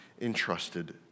entrusted